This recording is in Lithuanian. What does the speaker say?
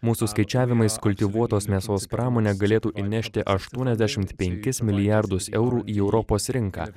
mūsų skaičiavimais kultivuotos mėsos pramonė galėtų įnešti aštuoniasdešimt penkis milijardus eurų į europos rinką